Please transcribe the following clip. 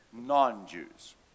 non-Jews